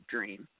Dream